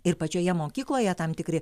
ir pačioje mokykloje tam tikri